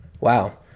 wow